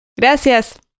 Gracias